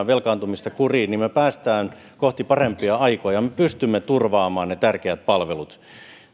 velkaantumista kuriin niin me pääsemme kohti parempia aikoja me pystymme turvaamaan ne tärkeät palvelut